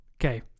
okay